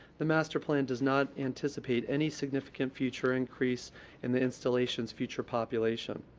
the master plan does not anticipate any significant future increase in the installation's future population.